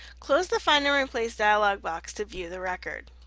close the find and replace dialog box to view the record.